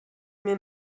mir